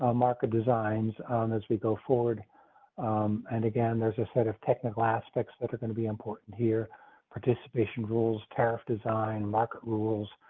ah market designs as we go forward and again, there's a set of technical aspects that are going to be important here participation, rules, tariff, design, lock, rules,